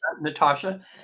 Natasha